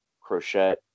Crochet